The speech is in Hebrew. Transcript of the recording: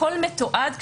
הכול מתועד,